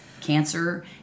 cancer